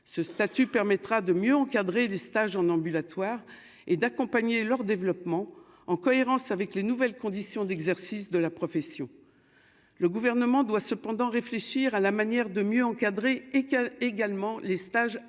ce statut permettra de mieux encadrer les stages en ambulatoire et d'accompagner leur développement en cohérence avec les nouvelles conditions d'exercice de la profession, le gouvernement doit cependant réfléchir à la manière de mieux encadrer et qui a, également, les stages à l'hôpital,